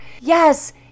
Yes